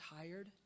tired